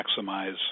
maximize